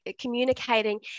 communicating